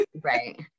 right